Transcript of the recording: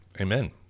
Amen